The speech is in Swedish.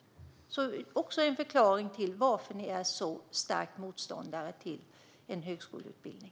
Jag skulle gärna vilja höra en förklaring till varför ni är så starka motståndare till en högskoleutbildning.